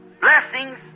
blessings